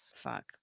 fuck